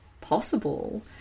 possible